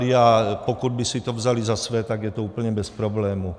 A pokud by si to vzali za své, tak je to úplně bez problémů.